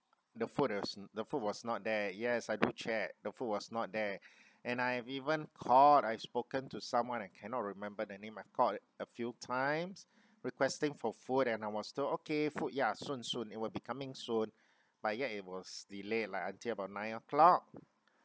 the food was the the food was not there yes I do check the food was not there and I have even called I've spoken to someone I cannot remember the name I've called a few times requesting for food and I was still okay food ya soon soon it will be coming soon but yet it was delay lah until about nine o'clock